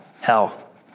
Hell